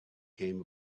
came